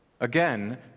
again